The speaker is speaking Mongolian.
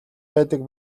байдаг